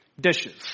dishes